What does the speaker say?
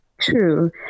True